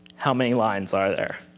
how many lines are there?